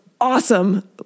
awesome